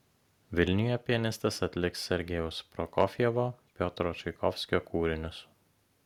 vilniuje pianistas atliks sergejaus prokofjevo piotro čaikovskio kūrinius